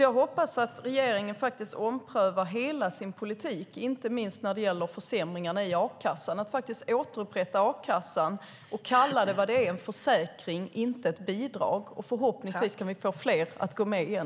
Jag hoppas att regeringen omprövar hela sin politik, inte minst när det gäller försämringarna i a-kassan. Jag hoppas att man återupprättar a-kassan och kallar den vad den är, en försäkring och inte ett bidrag. Förhoppningsvis kan vi få fler att gå med igen.